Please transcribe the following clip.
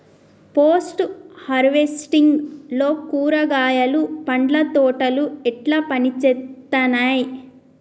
Post harvesting లో కూరగాయలు పండ్ల తోటలు ఎట్లా పనిచేత్తనయ్?